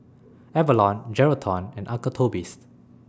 Avalon Geraldton and Uncle Toby's